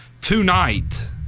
tonight